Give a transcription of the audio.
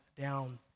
down